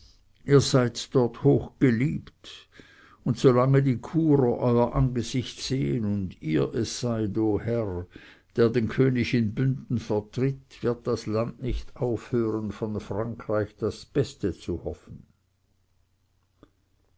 ihr seid dort hochgeliebt und solange die churer euer angesicht sehen und ihr es seid o herr der den könig in bünden vertritt wird das land nicht aufhören von frankreich das beste zu hoffen